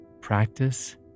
practice